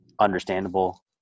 understandable